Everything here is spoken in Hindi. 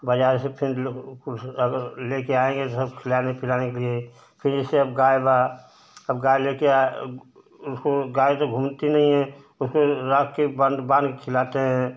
बाज़ार से फिर लेकर आएँगे सब खिलाने पिलाने के लिए फिर इससे अब गाय बा अब गाय लेकर उसको गाय तो घूमती नहीं है तो फिर रखकर बाँध बाँध खिलाते हैं